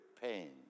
pain